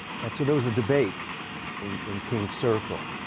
and so there was a debate in in king's circle.